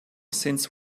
since